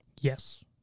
Yes